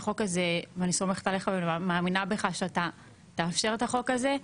ואני סומכת עליך ומאמינה בך שאתה תאפשר את החוק הזה.